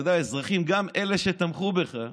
אתה יודע, אזרחים, גם אלה שתמכו בך,